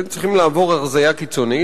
והם צריכים לעבור הרזיה קיצונית.